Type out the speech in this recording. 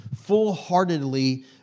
full-heartedly